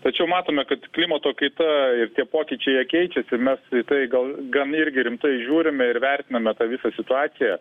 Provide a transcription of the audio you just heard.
tačiau matome kad klimato kaita ir tie pokyčiai jie keičiasi mes į tai gal gan irgi rimtai žiūrime ir vertiname tą visą situaciją